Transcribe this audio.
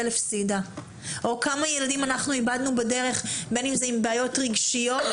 הפסיקה או כמה ילדים אנחנו איבדנו בדרך בין אם זה עם בעיות רגשיות,